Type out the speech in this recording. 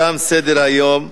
תם סדר-היום.